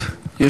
ברצוני